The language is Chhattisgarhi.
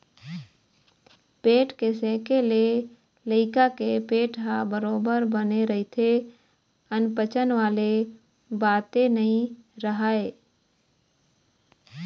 पेट के सेके ले लइका के पेट ह बरोबर बने रहिथे अनपचन वाले बाते नइ राहय